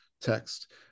text